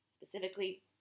Specifically